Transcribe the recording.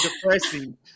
depressing